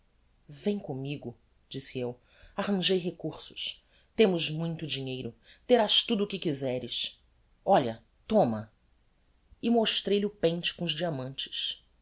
commigo disse eu arranjei recursos temos muito dinheiro terás tudo o que quizeres olha toma e mostrei-lhe o ponte com os diamantes